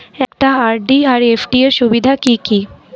একটা আর.ডি আর এফ.ডি এর সুবিধা কি কি?